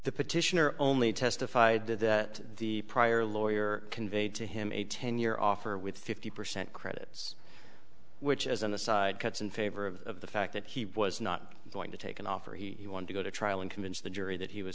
the petitioner only testified that the prior lawyer conveyed to him a ten year offer with fifty percent credits which as an aside cuts in favor of the fact that he was not going to take an offer he wanted to go to trial and convince the jury that he was